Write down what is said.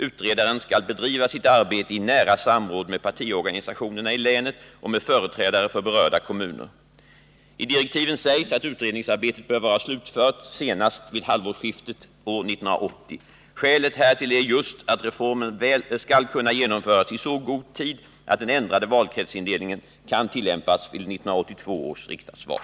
Utredaren skall bedriva sitt arbete i nära samråd med partiorganisationerna i länet och med företrädare för berörda kommuner. I direktiven sägs att utredningsarbetet bör vara slutfört senast vid halvårsskiftet år 1980. Skälet härtill är just att reformen skall kunna genomföras i så god tid att den ändrade valkretsindelningen kan tillämpas vid 1982 års riksdagsval.